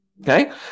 okay